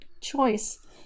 choice